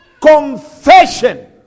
confession